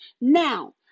Now